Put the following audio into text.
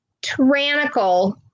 tyrannical